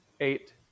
Eight